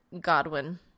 godwin